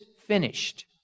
finished